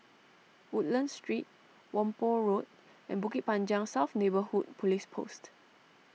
Woodlands Street Whampoa Road and Bukit Panjang South Neighbourhood Police Post